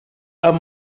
amb